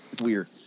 weird